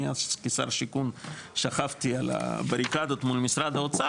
אני אז כשר שיכון שכבתי על הבריקדות מול משרד האוצר